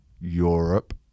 Europe